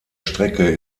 strecke